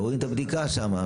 ועוברים את הבדיקה שם.